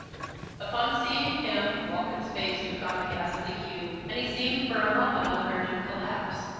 upon seeing him walcott's face took on a ghastly hue and he seemed for a moment on the verge of collapse,